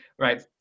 Right